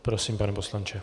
Prosím, pane poslanče.